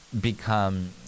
Become